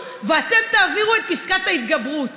ארגוני פשיעה שהמשטרה מכירה עשרות שנים.